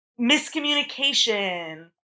miscommunication